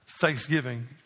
thanksgiving